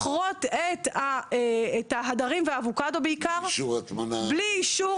לכרות את ההדרים והאבוקדו בעיקר בלי אישור,